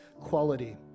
quality